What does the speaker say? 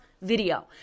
video